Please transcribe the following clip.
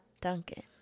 Duncan